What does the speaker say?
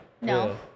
no